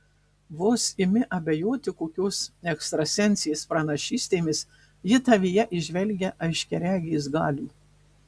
vos imi abejoti kokios ekstrasensės pranašystėmis ji tavyje įžvelgia aiškiaregės galių